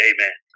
Amen